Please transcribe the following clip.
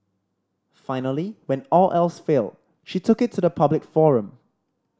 finally when all else failed she took it to the public forum